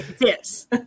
Yes